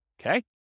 Okay